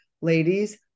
Ladies